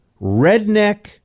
redneck